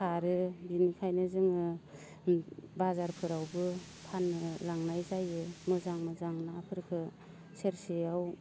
सारो बिनिखायनो जोङो बाजारफोरावबो फाननो लांनाय जायो मोजां मोजां नाफोरखो सेरसेयाव